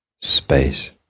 space